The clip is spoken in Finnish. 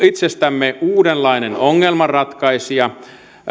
itsestämme uudenlainen ongelmanratkaisija